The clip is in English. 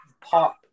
pop